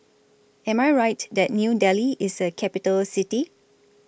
Am I Right that New Delhi IS A Capital City